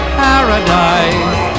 paradise